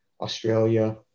Australia